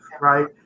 right